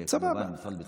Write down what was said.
וכמובן נפעל בתחומים האלה.